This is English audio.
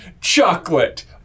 chocolate